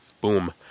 Boom